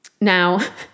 now